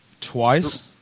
Twice